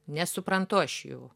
nesuprantu aš jų